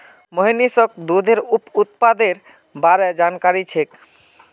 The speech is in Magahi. मोहनीशक दूधेर उप उत्पादेर बार जानकारी छेक